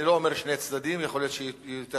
אני לא אומר שני צדדים, יכול להיות שיהיו יותר